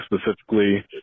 specifically